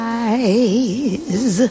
eyes